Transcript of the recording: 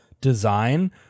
design